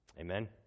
Amen